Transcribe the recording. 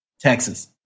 texas